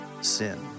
sin